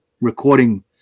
recording